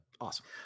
awesome